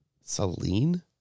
Celine